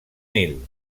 nil